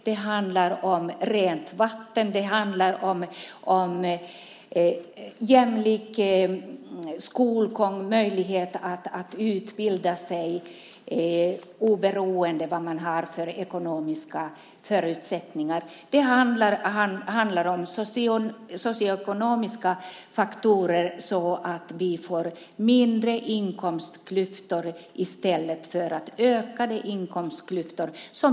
Det handlar om rent vatten. Det handlar om jämlik skolgång och möjlighet att utbilda sig oberoende av ekonomiska förutsättningar. Det handlar om socioekonomiska faktorer så att det blir mindre inkomstklyftor i stället för ökade inkomstklyftor.